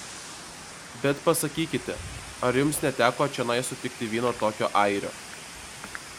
bet pasakykite ar jums neteko čionai sutikti vieno tokio airio